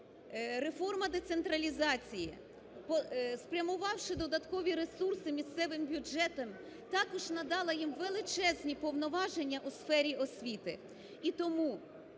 реформа децентралізації. Спрямувавши додаткові ресурси місцевим бюджетам, також надали їм величезні повноваження у сфері освіти.